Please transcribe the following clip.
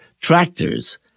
tractors